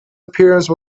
appearance